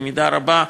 במידה רבה,